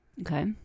Okay